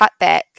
cutback